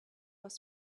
was